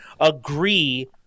agree